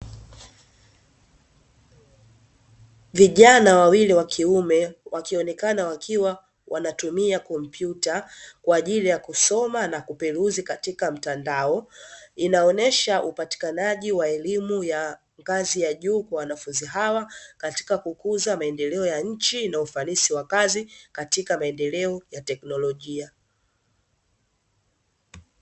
Vijana wawili wa kiume, wakionekana wakiwa wanatumia kompyuta kwa ajili ya kusoma na kuperuzi katika mtandao. Inaonyesha upatikanaji wa elimu ya ngazi ya juu kwa wanafunzi hawa, katika kukuza maendeleo ya nchi na ufanisi wa kazi katika maendeleo ya teknolojia.